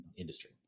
industry